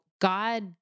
God